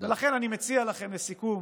ולכן אני מציע לכם, לסיכום: